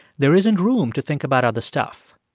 there isn't room to think about other stuff.